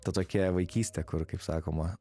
ta tokia vaikystė kur kaip sakoma